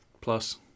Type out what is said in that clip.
plus